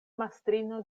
mastrino